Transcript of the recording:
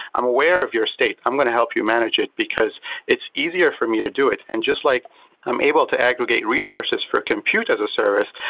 i'm aware of your state, i'm going to help you manage it, because it's easier for me to do it and just like i'm able to aggregate resources for a compute as a service,